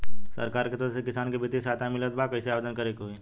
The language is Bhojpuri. सरकार के तरफ से किसान के बितिय सहायता मिलत बा कइसे आवेदन करे के होई?